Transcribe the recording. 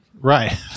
Right